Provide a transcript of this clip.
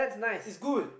is good